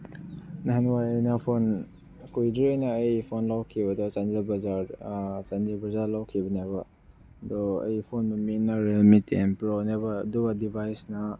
ꯅꯍꯥꯟꯋꯥꯏ ꯑꯩꯅ ꯐꯣꯟ ꯀꯨꯏꯗ꯭ꯔꯤ ꯑꯩꯅ ꯑꯩ ꯐꯣꯟ ꯂꯧꯈꯤꯕꯗꯣ ꯆꯥꯟꯗꯦꯜ ꯕꯖꯥꯔ ꯆꯥꯟꯗꯦꯜ ꯕꯖꯥꯔ ꯂꯧꯈꯤꯕꯅꯦꯕ ꯑꯗꯣ ꯑꯩ ꯐꯣꯟꯗꯣ ꯔꯦꯌꯦꯜꯃꯤ ꯇꯦꯟ ꯄ꯭ꯔꯣꯅꯦꯕ ꯑꯗꯨꯒ ꯗꯤꯕꯥꯏꯖꯅ